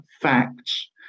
facts